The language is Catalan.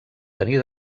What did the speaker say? tenir